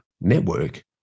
network